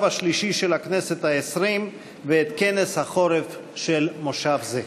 השלישי של הכנסת העשרים ואת כנס החורף של מושב זה.